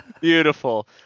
Beautiful